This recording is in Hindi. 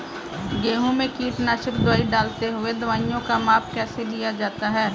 गेहूँ में कीटनाशक दवाई डालते हुऐ दवाईयों का माप कैसे लिया जाता है?